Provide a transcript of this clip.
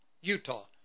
Utah